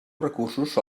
recursos